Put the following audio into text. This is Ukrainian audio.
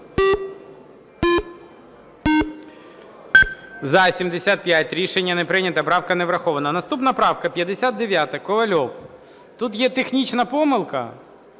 За-75 Рішення не прийнято. Правка не врахована. Наступна правка 59-а, Ковальов. Тут є технічна помилка